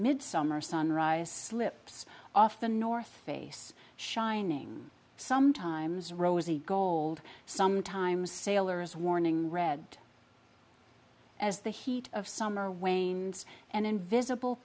midsummer sunrise slips off the north face shining sometimes rosy gold sometimes sailor's warning red as the heat of summer wanes and invisible